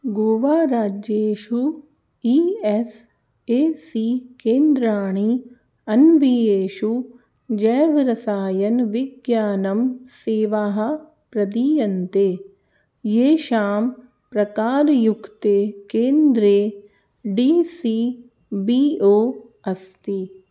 गोवाराज्येषु E S A C केन्द्राणि अन्वीयेषु जैवरसायनं विज्ञानं सेवाः प्रदीयन्ते येषां प्रकारयुक्ते केन्द्रे डि सि बि ओ अस्ति